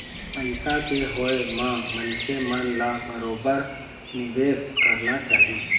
पइसा के होय म मनखे मन ल बरोबर निवेश करना चाही